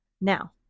Now